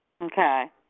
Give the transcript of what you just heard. Okay